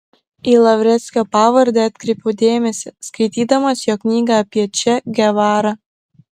į lavreckio pavardę atkreipiau dėmesį skaitydamas jo knygą apie če gevarą